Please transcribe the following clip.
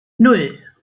nan